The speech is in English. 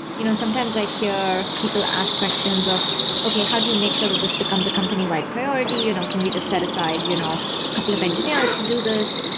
you know sometimes i hear people ask questions of okay, how do you make sure that this becomes a company-wide priority? you know can we just set aside you know couple of engineers to do this?